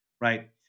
right